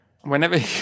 Whenever